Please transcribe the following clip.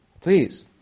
Please